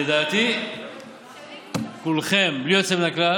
לדעתי כולכם בלי יוצא מן הכלל